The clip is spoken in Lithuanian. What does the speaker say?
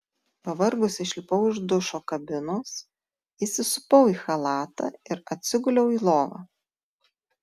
pavargusi išlipau iš dušo kabinos įsisupau į chalatą ir atsiguliau į lovą